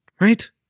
right